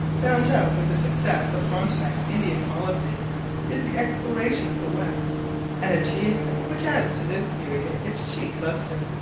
bound up with the success of frontenac's indian policy is the exploration of the west an achievement which adds to this period its chief lustre.